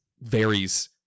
varies